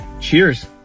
cheers